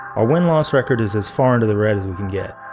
a win-loss record is as far into the red as we can get.